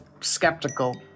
skeptical